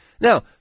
Now